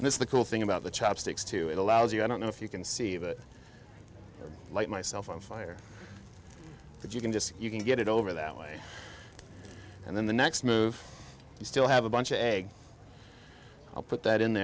and that's the cool thing about the chopsticks too it allows you i don't know if you can see that light myself on fire but you can just you can get it over that way and then the next move you still have a bunch of egg i'll put that in the